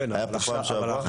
היה פעם שעברה.